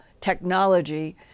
technology